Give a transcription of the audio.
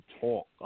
talk